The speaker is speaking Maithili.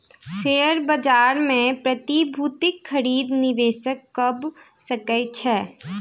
शेयर बाजार मे प्रतिभूतिक खरीद निवेशक कअ सकै छै